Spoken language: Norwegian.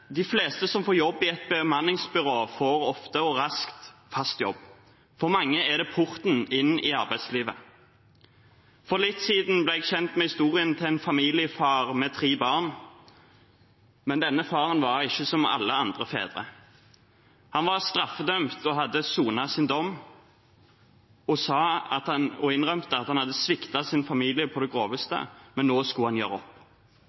De fleste som får jobb i et bemanningsbyrå, får ofte raskt fast jobb. For mange er det porten inn til arbeidslivet. For litt siden ble jeg kjent med historien til en familiefar med tre barn. Denne faren var ikke som alle andre fedre. Han var straffedømt, hadde sonet sin dom og innrømte at han hadde sviktet sin familie på det groveste. Men nå skulle han gjøre opp